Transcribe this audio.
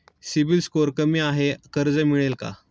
CIBIL score कमी आहे कर्ज मिळेल का?